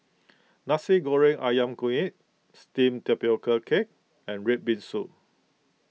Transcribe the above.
Nasi Goreng Ayam Kunyit Steamed Tapioca Cake and Red Bean Soup